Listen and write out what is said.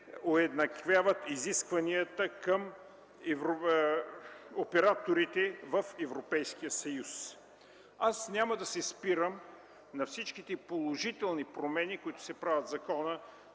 уеднаквяват изискванията към операторите в Европейския съюз. Няма да се спирам на всички положителни промени, които се правят в Закона